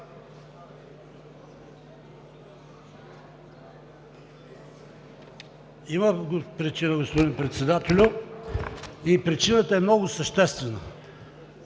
Има причина, господин Председател, и причината е много съществена.